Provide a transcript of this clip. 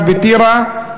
אחד בטירה,